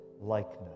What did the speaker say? likeness